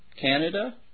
Canada